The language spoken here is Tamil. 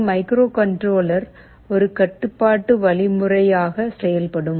ஒரு மைக்ரோகண்ட்ரோலர் ஒரு கட்டுப்பாட்டு வழிமுறையாக செயல்படும்